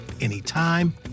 anytime